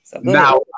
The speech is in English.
Now